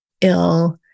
ill